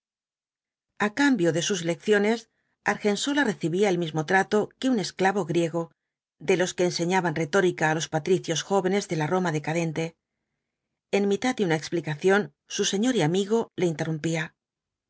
a cambio de sus lecciones argensola recibía el mismo trato que un esclavo griego de los que enseñaban retórica á los patricios jóvenes de la roma decadente en mitad de una explicación su señor y amigo le interrumpía